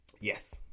Yes